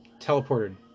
teleported